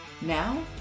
now